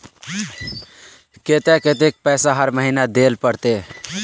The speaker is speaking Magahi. केते कतेक पैसा हर महीना देल पड़ते?